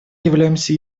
являемся